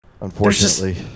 Unfortunately